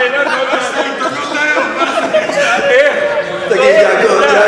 ועדת חקירה?